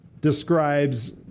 describes